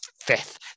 fifth